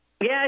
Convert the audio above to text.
Yes